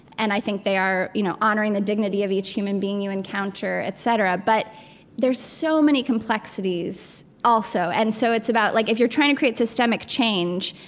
and i think they are you know honoring the dignity of each human being you encounter, et cetera. but there's so many complexities also and so it's about like, if you're trying to create systemic change,